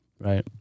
Right